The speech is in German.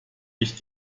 ich